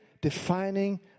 defining